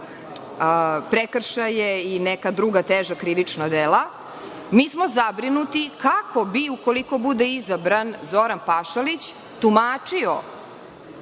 prekršaje i neka druga teža krivična dela, mi smo zabrinuti kako bi, ukoliko bude izabran Zoran Pašalić, tumačio